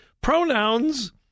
pronouns